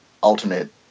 alternate